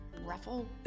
ruffle